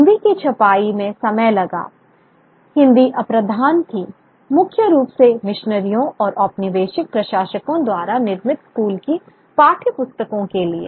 हिंदी की छपाई में समय लगा हिंदी अप्रधान थी मुख्य रूप से मिशनरियों और औपनिवेशिक प्रशासकों द्वारा निर्मित स्कूल की पाठ्यपुस्तकों के लिए